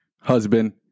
husband